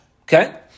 Okay